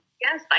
yes